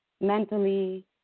mentally